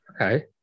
Okay